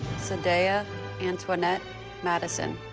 sadaya antoinette mattison